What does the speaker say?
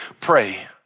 Pray